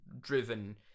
driven